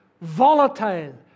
volatile